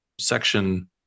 Section